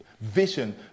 vision